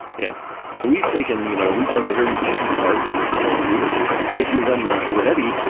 yeah so we've taken, you know we've done the very easy part with linkerd, which is if you're running on kubernetes,